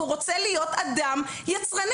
הוא רוצה להיות אדם יצרני,